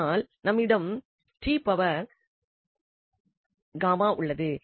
ஆனால் இங்கு நம்மிடம் உள்ளது